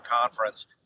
conference